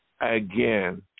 Again